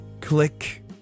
Click